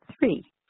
Three